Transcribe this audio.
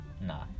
Nah